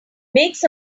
makes